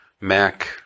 Mac